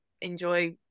enjoy